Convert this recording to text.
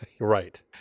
Right